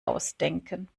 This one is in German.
ausdenken